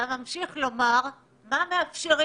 אתה ממשיך לומר מה מאפשרים.